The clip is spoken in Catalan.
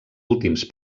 últims